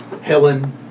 Helen